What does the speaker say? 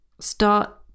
Start